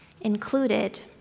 included